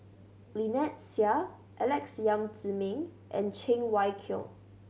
Lynnette Seah Alex Yam Ziming and Cheng Wai Keung